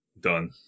Done